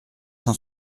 cent